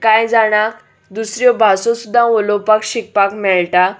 कांय जाणांक दुसऱ्यो भासो सुद्दा उलोवपाक शिकपाक मेळटा